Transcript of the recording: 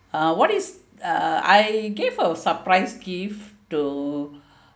uh what is uh I gave a surprise gift to